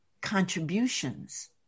contributions